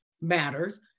matters